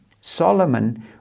Solomon